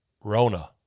Rona